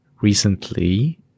recently